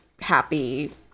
happy